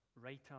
writer